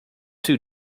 too